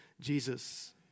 Jesus